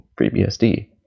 FreeBSD